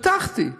פתחתי.